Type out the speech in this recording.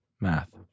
Math